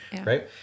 right